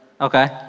Okay